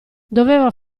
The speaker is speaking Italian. doveva